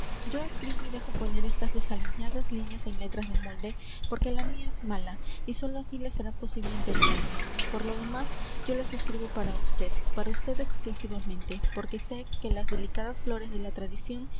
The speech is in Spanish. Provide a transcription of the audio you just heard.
yo escribo y dejo poner estas desaliñadas líneas en letras de molde porque la mía es mala y sólo así le será posible entenderme por lo demás yo las escribo para usted para usted exclusivamente porque sé que las delicadas flores de la tradición